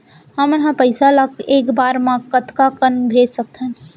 हमन ह पइसा ला एक बार मा कतका कन भेज सकथन?